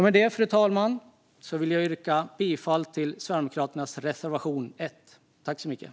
Med detta, fru talman, vill jag yrka bifall till Sverigedemokraternas reservation, reservation 1.